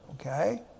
Okay